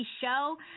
show